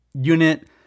Unit